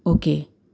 okay